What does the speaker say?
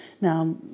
Now